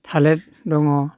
थालिर दङ